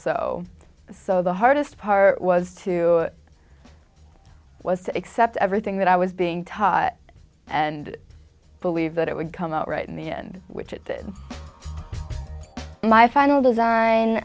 sew so the hardest part was to i was to accept everything that i was being taught and believe that it would come out right in the end which is my final design